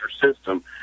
system